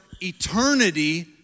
eternity